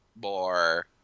more